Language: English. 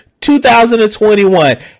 2021